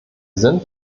sind